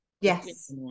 Yes